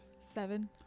Seven